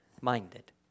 minded